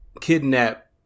kidnap